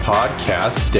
Podcast